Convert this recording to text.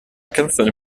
canzone